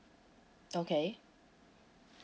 okay